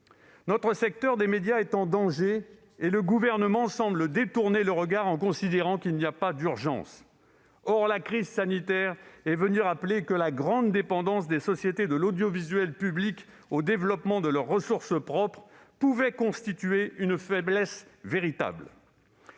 Notre secteur des médias est en danger, et le Gouvernement semble détourner le regard en considérant qu'il n'y a pas d'urgence. Or la crise sanitaire est venue rappeler que la grande dépendance des sociétés de l'audiovisuel public au développement de leurs ressources propres pouvait constituer une véritable